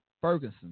Ferguson